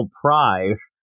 prize